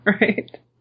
right